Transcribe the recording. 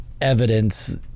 evidence